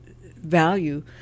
value